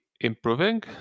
improving